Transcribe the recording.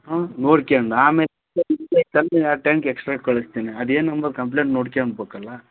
ಹ್ಞೂ ನೋಡ್ಕಂಡ್ ಆಮೇಲೆ ಎರಡು ಟ್ಯಾಂಕ್ ಎಕ್ಸ್ಟ್ರಾ ಕಳ್ಸ್ತೀನಿ ಅದೇನು ಅನ್ನದ್ ಕಂಪ್ಲೇಂಟ್ ನೋಡ್ಕಂಬಕಲ್ಲಾ